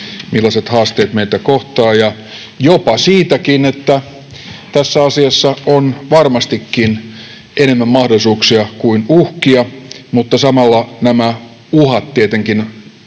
millaiset haasteet meitä kohtaavat, ja jopa siitäkin, että tässä asiassa on varmastikin enemmän mahdollisuuksia kuin uhkia. Mutta samalla nämä uhat tietenkin ansaitsevat